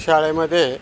शाळेमध्ये